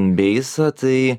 beisą tai